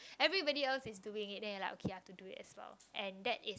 everybody else is doing it then like okay lah to do it as well and that is